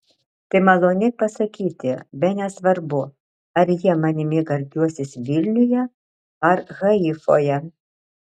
tai malonėk pasakyti bene svarbu ar jie manimi gardžiuosis vilniuje ar haifoje